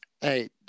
Hey